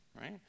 right